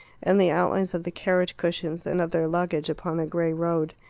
and the outlines of the carriage cushions and of their luggage upon the grey road.